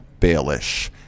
Baelish